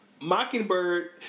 Mockingbird